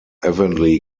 evenly